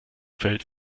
feld